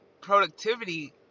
productivity